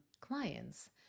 clients